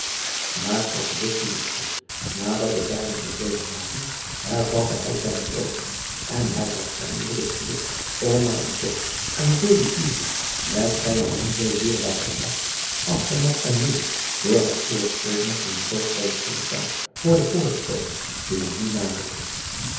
aar ook dit gelukte adat de vijanden verdwenen waren hervatte hij zijne poging en hij had eindelijk het geluk om na een togt van vele uren met zijne hem zoo dierbare vracht afgemat en moede door het voortslepen van een zoo vreemd voertuig voor de poort det komen die wij nu naderen